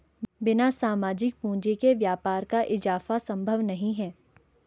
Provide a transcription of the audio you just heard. बिना सामाजिक पूंजी के व्यापार का इजाफा संभव नहीं है